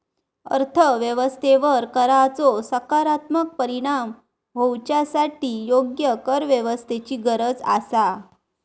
अर्थ व्यवस्थेवर कराचो सकारात्मक परिणाम होवच्यासाठी योग्य करव्यवस्थेची गरज आसा